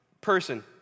person